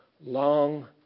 long